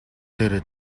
дээрээ